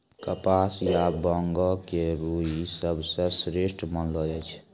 कपास या बांगो के रूई सबसं श्रेष्ठ मानलो जाय छै